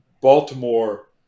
Baltimore